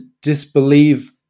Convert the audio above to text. disbelieve